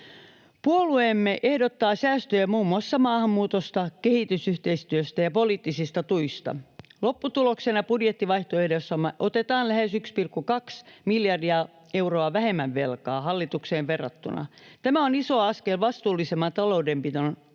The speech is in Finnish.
Puolueemme ehdottaa säästöjä muun muassa maahanmuutosta, kehitysyhteistyöstä ja poliittisista tuista. Lopputuloksena budjettivaihtoehdossamme otetaan lähes 1,2 miljardia euroa vähemmän velkaa hallitukseen verrattuna. Tämä on iso askel vastuullisemman taloudenpidon suuntaan.